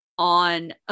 On